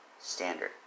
standard